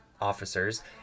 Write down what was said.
officers